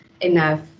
enough